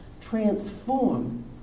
transform